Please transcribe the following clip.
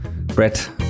brett